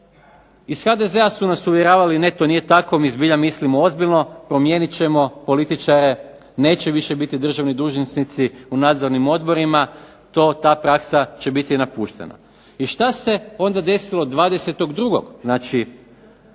Iz HDZ-a su nas uvjeravali ne to nije tako, mi zbilja mislimo ozbiljno, promijenit ćemo političare, neće više biti državni dužnosnici u nadzornim odborima, ta praksa će biti napuštena. I što se onda desilo 20. 2.